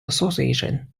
association